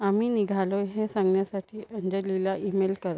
आम्ही निघालोय हे सांगण्यासाठी अंजलीला इमेल कर